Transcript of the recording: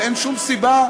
ואין שום סיבה,